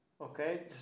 Okay